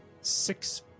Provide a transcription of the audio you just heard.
Six